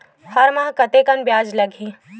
हर माह कतेकन ब्याज लगही?